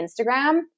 Instagram